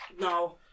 No